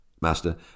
master